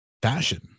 fashion